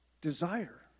desire